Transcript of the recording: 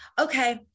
Okay